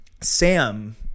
sam